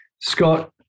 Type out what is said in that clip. Scott